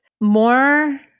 more